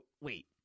Wait